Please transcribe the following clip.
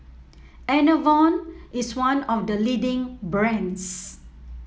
Enervon is one of the leading brands